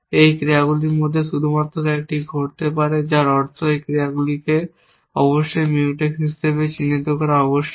এই ক্রিয়াগুলির মধ্যে শুধুমাত্র একটি ঘটতে পারে যার অর্থ এই ক্রিয়াগুলিকে অবশ্যই Mutex হিসাবে চিহ্নিত করা আবশ্যক